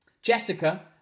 Jessica